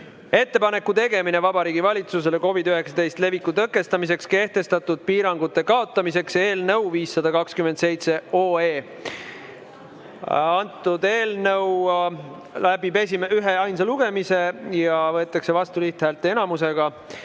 "Ettepaneku tegemine Vabariigi Valitsusele Covid-19 leviku tõkestamiseks kehtestatud piirangute kaotamiseks" eelnõu 527. Eelnõu läbib üheainsa lugemise ja võetakse vastu lihthäälteenamusega.